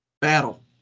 Battle